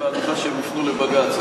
בהנחה שהם יפנו לבג"ץ?